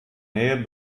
nähe